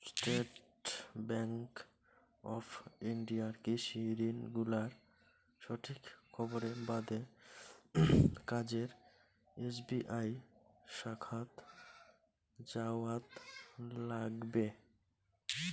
state bank of ইন্ডিয়ার কৃষি ঋণ গুলার সঠিক খবরের বাদে কাছের এস.বি.আই শাখাত যাওয়াৎ লাইগবে